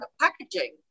packaging